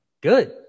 good